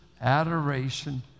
adoration